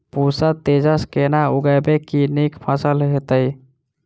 पूसा तेजस केना उगैबे की नीक फसल हेतइ?